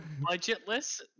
budgetless